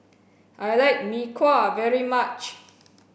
I like mee kuah very much